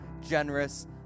generous